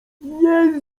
nie